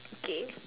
okay